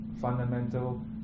fundamental